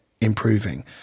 improving